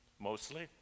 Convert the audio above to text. mostly